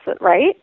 right